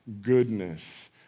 Goodness